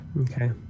Okay